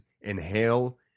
inhale